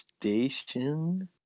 Station